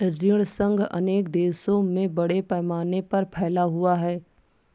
ऋण संघ अनेक देशों में बड़े पैमाने पर फैला हुआ है